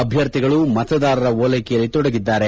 ಅಭ್ಯರ್ಥಿಗಳು ಮತದಾರರ ಓಲೈಕೆಯಲ್ಲಿ ತೊಡಗಿದ್ದಾರೆ